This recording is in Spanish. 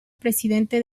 presidente